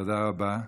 תודה רבה.